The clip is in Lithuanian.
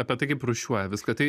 apie tai kaip rūšiuoja viską tai